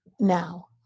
Now